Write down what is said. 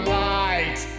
light